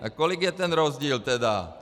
A kolik je ten rozdíl tedy?